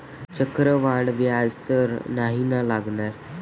चक्रवाढ व्याज तर नाही ना लागणार?